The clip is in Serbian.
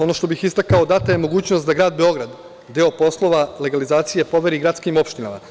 Oni što bih istakao data je mogućnost da grad Beograd deo poslova legalizacije poveri gradskim opštinama.